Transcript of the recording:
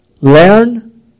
learn